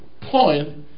point